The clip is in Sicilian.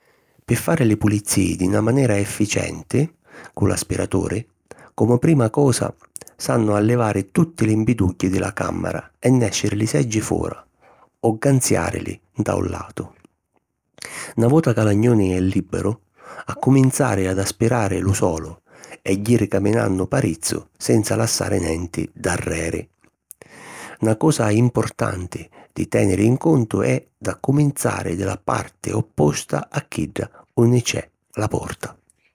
Pi fari li pulizìi di na manera efficienti cu l’aspiraturi, comu prima cosa s'hannu a livari tutti li mpidugghi di la càmmara e nèsciri li seggi fora o canziàrili nta un latu. Na vota ca l'agnuni è liberu, accuminzari ad aspirari lu solu e jiri caminannu parizzu senza lassari nenti darreri. Na cosa importanti di tèniri in cuntu è d'accuminzari di la parti opposta a chidda unni c'è la porta.